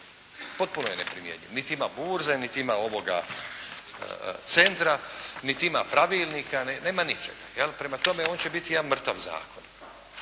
Potpuno je neprimjenjiv, niti ima burze, niti ima cendra, niti ima pravilnika, nema ničega, jel' prema tome on će biti jedan mrtav zakon.